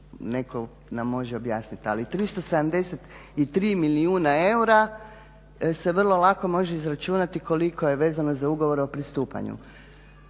netko nam može objasniti. Ali 373 milijuna eura se vrlo lako može izračunati koliko je vezano za ugovore o pristupanju.